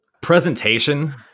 presentation